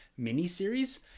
miniseries